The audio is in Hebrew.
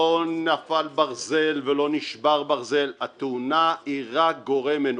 לא נפל ברזל ולא נשבר ברזל התאונה היא רק גורם אנושי,